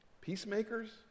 Peacemakers